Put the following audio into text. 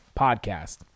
podcast